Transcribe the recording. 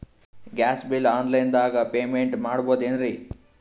Gas bill online ದಾಗ payment ಮಾಡಬೋದೇನ್ರಿ?